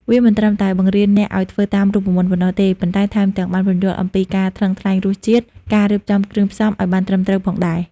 វាមិនត្រឹមតែបង្រៀនអ្នកឲ្យធ្វើតាមរូបមន្តប៉ុណ្ណោះទេ ប៉ុន្តែថែមទាំងបានពន្យល់អំពីការថ្លឹងថ្លែងរសជាតិ ការរៀបចំគ្រឿងផ្សំឲ្យបានត្រឹមត្រូវផងដែរ។